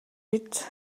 явж